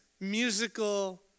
musical